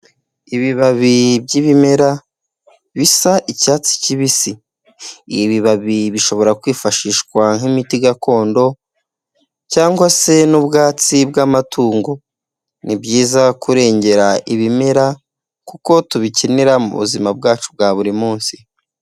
Ibibabi byibimera bisa icyatsi kibisi, ibibabi bishobora kwifashishwa nk'imiti gakondo cyangwa se n'ubwatsi bw'amatungo nib kurengera ibimera kuko tubikenera mu buzima bwacu bwa buri munsi.